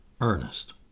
Ernest